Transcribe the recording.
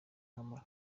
kw’amara